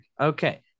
Okay